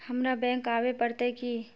हमरा बैंक आवे पड़ते की?